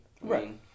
Right